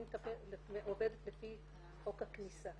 אני עובדת לפי חוק הכניסה.